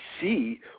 see